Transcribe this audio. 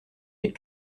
les